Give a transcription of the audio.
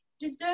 deserve